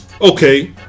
Okay